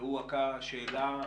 והוא השאלה: